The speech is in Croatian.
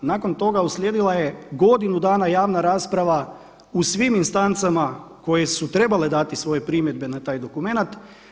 Nakon toga uslijedila je godinu dana javna rasprava u svim instancama koje su trebale dati svoje primjedbe na taj dokumenat.